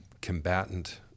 combatant